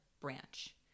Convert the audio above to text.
branch